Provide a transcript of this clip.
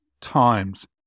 times